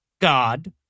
God